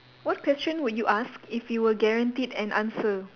what question would you ask if you were guaranteed an answer